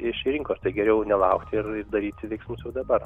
iš rinkos tai geriau nelaukti ir daryti veiksmus jau dabar